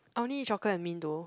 I only eat chocolate and mint though